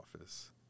office